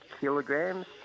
kilograms